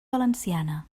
valenciana